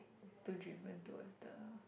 too driven towards the